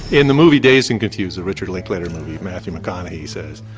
in the movie dazed and confused, the richard linklater movie, matthew mcconaughey says,